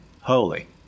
holy